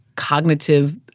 cognitive